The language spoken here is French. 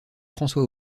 françois